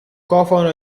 cofano